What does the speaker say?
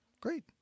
great